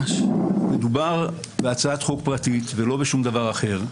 מדובר בהצעת חוק פרטית, ולא בשום דבר אחר.